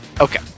Okay